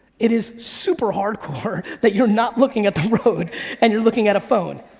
it is super hard core that you're not looking at the road and you're looking at a phone.